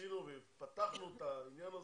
עשינו ופתחנו את העניין הזה,